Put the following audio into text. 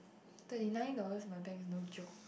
thirty nine dollars in my bank is no joke